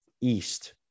east